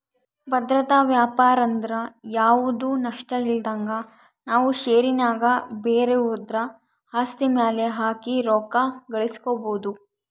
ಭದ್ರತಾ ವ್ಯಾಪಾರಂದ್ರ ಯಾವ್ದು ನಷ್ಟಇಲ್ದಂಗ ನಾವು ಷೇರಿನ್ಯಾಗ ಬ್ಯಾರೆವುದ್ರ ಆಸ್ತಿ ಮ್ಯೆಲೆ ಹಾಕಿ ರೊಕ್ಕ ಗಳಿಸ್ಕಬೊದು